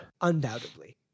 Undoubtedly